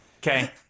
Okay